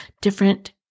different